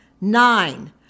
Nine